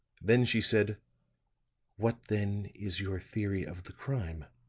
then she said what, then, is your theory of the crime?